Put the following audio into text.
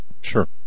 sure